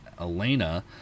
Elena